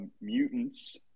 mutants